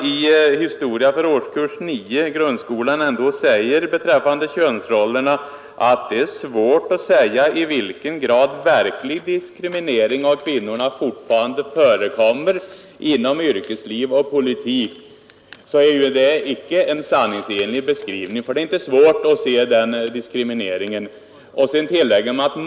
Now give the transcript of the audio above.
I historia för årskurs 9 i grundskolan läser man t.ex. beträffande könsrollerna att det är svårt att säga i vilken grad verklig diskriminering av kvinnorna fortfarande förekommer inom yrkesliv och politik. Det är icke en sanningsenlig beskrivning; det är inte svårt att se den diskrimineringen.